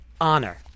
Honor